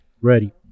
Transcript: Ready